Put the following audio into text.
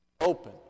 Open